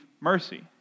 mercy